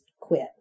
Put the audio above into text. quit